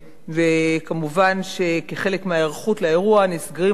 ומובן שכחלק מההיערכות לאירוע נסגרים